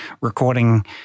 recording